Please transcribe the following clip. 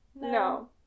No